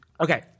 Okay